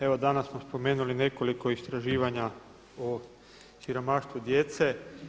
Evo danas smo spomenuli nekoliko istraživanja o siromaštvu djece.